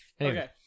Okay